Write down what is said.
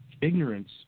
ignorance